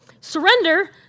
Surrender